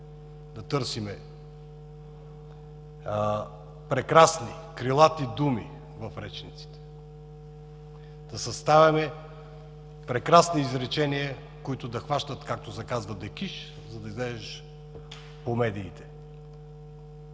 да търсим прекрасни, крилати думи в речниците, да съставяме прекрасни изречения, които да хващат, както се казва „дикиш“, за да излезеш по медиите.